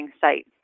site